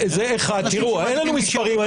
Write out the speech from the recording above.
תיראו, אין לנו מספרים.